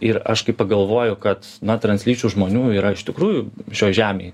ir aš kai pagalvoju kad na translyčių žmonių yra iš tikrųjų šioj žemėj